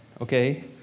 okay